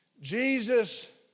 Jesus